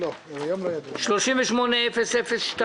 38-002,